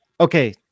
okay